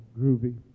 groovy